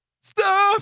Stop